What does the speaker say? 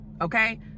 okay